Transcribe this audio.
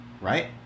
right